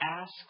asks